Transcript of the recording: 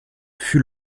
fut